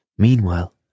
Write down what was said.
Meanwhile